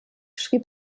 schrieb